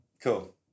Cool